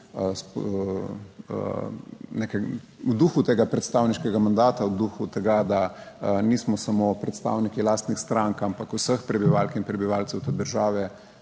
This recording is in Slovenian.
v duhu tega predstavniškega mandata, v duhu tega, da nismo samo predstavniki lastnih strank, ampak vseh prebivalk in prebivalcev te države,